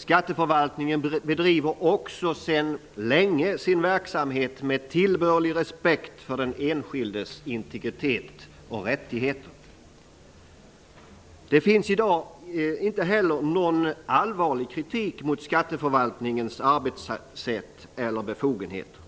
Skatteförvaltningen bedriver också sedan länge sin verksamhet med tillbörlig respekt för den enskildes integritet och rättigheter. Det finns i dag inte heller någon allvarlig kritik mot skatteförvaltningens arbetssätt eller befogenheter.